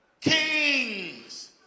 Kings